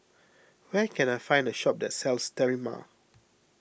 where can I find a shop that sells Sterimar